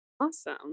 awesome